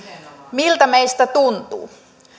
miltä meistä tuntuu